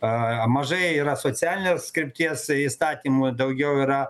o mažai yra socialinės krypties įstatymų daugiau yra